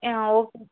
ஆ okay